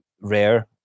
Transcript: rare